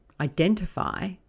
identify